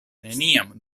neniam